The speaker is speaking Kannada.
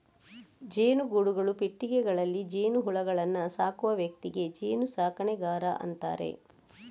ಜೇನುಗೂಡುಗಳು, ಪೆಟ್ಟಿಗೆಗಳಲ್ಲಿ ಜೇನುಹುಳುಗಳನ್ನ ಸಾಕುವ ವ್ಯಕ್ತಿಗೆ ಜೇನು ಸಾಕಣೆಗಾರ ಅಂತಾರೆ